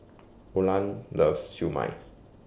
Oland loves Siew Mai